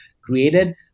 created